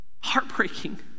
Heartbreaking